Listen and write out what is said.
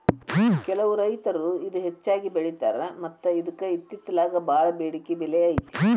ಕೆಲವು ರೈತರು ಇದ ಹೆಚ್ಚಾಗಿ ಬೆಳಿತಾರ ಮತ್ತ ಇದ್ಕ ಇತ್ತಿತ್ತಲಾಗ ಬಾಳ ಬೆಡಿಕೆ ಬೆಲೆ ಐತಿ